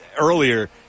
earlier